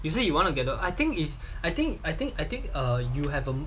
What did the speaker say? you say you want to get dog I think is I think I think I think err you have a